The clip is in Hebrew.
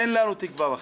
אין לנו תקווה בכם.